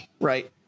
Right